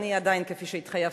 כפי שהתחייבתי,